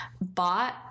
bought